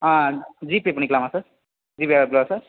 ஆ GPay பண்ணிக்கலாமா sir GPay அனுப்பவா sir